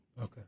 Okay